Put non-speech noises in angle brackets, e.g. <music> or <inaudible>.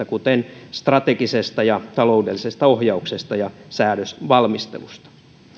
<unintelligible> kuten strategisesta ja taloudellisesta ohjauksesta ja säädösvalmistelusta